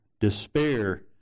despair